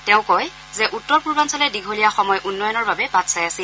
তেওঁ কয় যে উত্তৰপূৰ্বাঞ্চলে দীঘলীয়া সময় উন্নয়নৰ বাবে বাট চাই আছিল